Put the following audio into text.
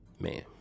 Man